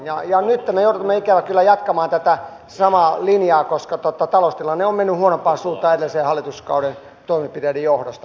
ja nytten me joudumme ikävä kyllä jatkamaan tätä samaa linjaa koska taloustilanne on mennyt huonompaan suuntaan edellisen hallituskauden toimenpiteiden johdosta